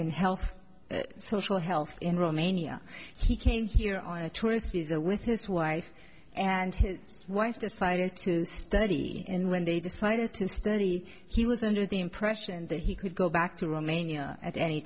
and health social health in romania he came here on a tourist visa with his wife and his wife decided to study and when they decided to study he was under the impression that he could go back to romania at any